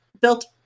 built